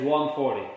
140